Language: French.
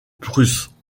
prusse